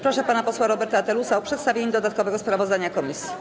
Proszę pana posła Roberta Telusa o przedstawienie dodatkowego sprawozdania komisji.